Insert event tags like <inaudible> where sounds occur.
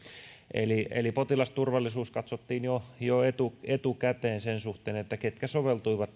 eli eli potilasturvallisuus katsottiin jo jo etukäteen sen suhteen ketkä soveltuivat <unintelligible>